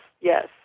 Yes